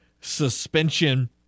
suspension